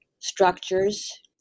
Structures